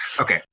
okay